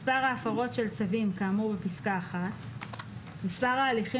מספר ההפרות של צווים כאמור בפסקה (1); מספר ההליכים